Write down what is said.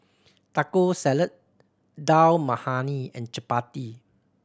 Taco Salad Dal Makhani and Chapati